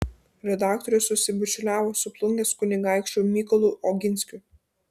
redaktorius susibičiuliavo su plungės kunigaikščiu mykolu oginskiu